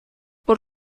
por